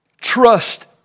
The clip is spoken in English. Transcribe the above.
trust